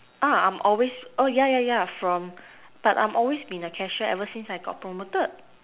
uh I'm always oh yeah yeah yeah from but I'm always been a cashier ever since I got promoted